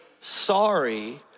sorry